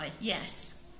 yes